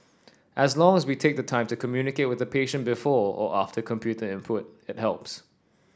as long as we take the time to communicate with a patient before or after computer input it helps